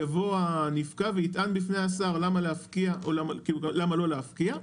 יבוא הנפקע ויטען בפני השר למה לא להפקיע.